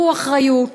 קחו אחריות,